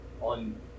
On